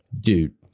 dude